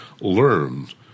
learned